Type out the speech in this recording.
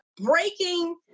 breaking